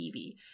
TV